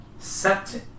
Sept